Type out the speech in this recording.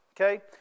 okay